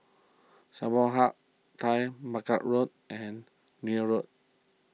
Samsung Hub Taggart Mac Road and Neil Road